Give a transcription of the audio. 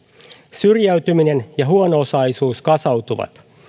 syrjäytyminen ja huono osaisuus kasautuvat